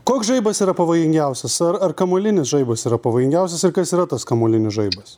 koks žaibas yra pavojingiausias ar ar kamuolinis žaibas yra pavojingiausias ir kas yra tas kamuolinis žaibas